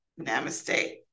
namaste